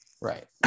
right